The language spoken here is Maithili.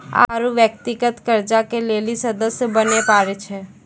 आरु व्यक्तिगत कर्जा के लेली सदस्य बने परै छै